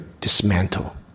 dismantle